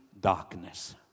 darkness